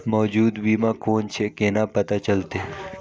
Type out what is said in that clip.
मौजूद बीमा कोन छे केना पता चलते?